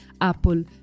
Apple